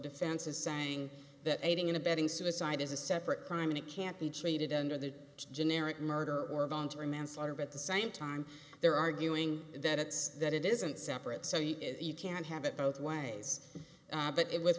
defense is saying that aiding and abetting suicide is a separate crime and it can't be treated under the generic murder or voluntary manslaughter but the same time they're arguing that it's that it isn't separate so he is you can't have it both ways but it with